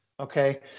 Okay